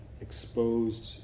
exposed